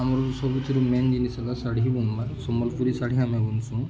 ଆମର ସବୁଥିରୁ ମେନ୍ ଜିନିଷ ହେଲା ଶାଢ଼ୀ ବୁବାର୍ ସମ୍ବଲପୁରୀ ଶଢ଼ୀ ଆମେ ବୁନସୁଁ